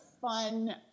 fun